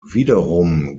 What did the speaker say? wiederum